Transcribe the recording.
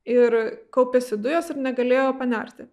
ir kaupėsi dujos ir negalėjo panerti